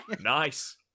Nice